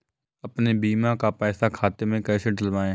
अपने बीमा का पैसा खाते में कैसे डलवाए?